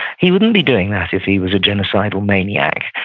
he wouldn't be doing that if he was a genocidal maniac.